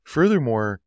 Furthermore